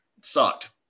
sucked